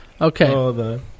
Okay